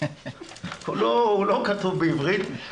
הוא לא כתוב בעברית.